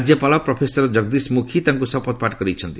ରାଜ୍ୟପାଳ ପ୍ରଫେସର ଜଗଦୀଶ ମୁଖୀ ତାଙ୍କୁ ଶପଥପାଠ କରାଇଛନ୍ତି